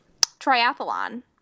triathlon